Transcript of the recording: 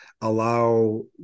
allow